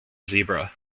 zebra